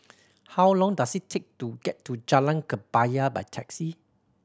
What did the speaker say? how long does it take to get to Jalan Kebaya by taxi